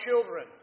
children